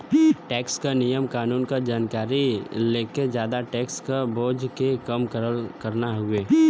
tax क नियम कानून क जानकारी लेके जादा टैक्स क बोझ के कम करना हउवे